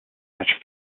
such